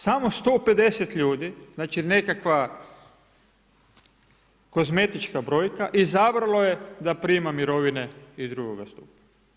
Samo 150 ljudi, znači nekakva kozmetička brojka izabralo je da prima mirovine iz drugog stupa.